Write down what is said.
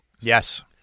Yes